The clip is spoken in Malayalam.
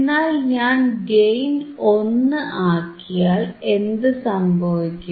എന്നാൽ ഞാൻ ഗെയിൻ 1 ആക്കിയാൽ എന്തു സംഭവിക്കും